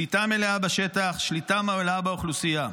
שליטה מלאה בשטח, שליטה מלאה באוכלוסייה.